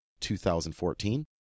2014